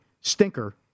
stinker